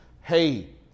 hey